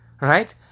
right